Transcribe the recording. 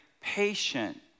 patient